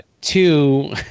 Two